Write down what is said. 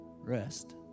rest